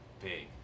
Big